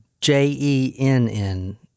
j-e-n-n